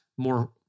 more